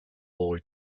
boy